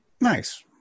Nice